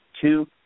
two